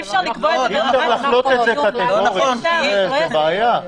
--- אי אפשר לעשות את זה קטגורית, זו בעיה.